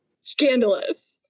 Scandalous